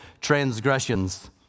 transgressions